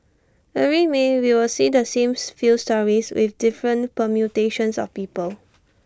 every may we would see the same few stories with different permutations of people